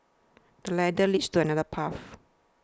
the ladder leads to another path